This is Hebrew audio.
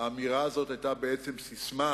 האמירה הזאת היתה בעצם ססמה: